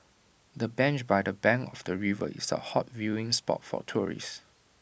the bench by the bank of the river is A hot viewing spot for tourists